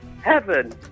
Heaven